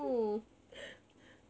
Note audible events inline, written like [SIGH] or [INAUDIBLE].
[LAUGHS]